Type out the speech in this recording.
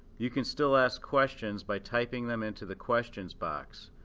you can still ask questions by typing them into the questions box.